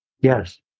Yes